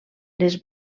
les